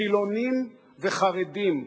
חילונים וחרדים,